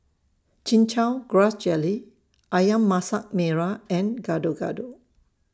Chin Chow Grass Jelly Ayam Masak Merah and Gado Gado